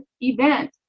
event